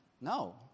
No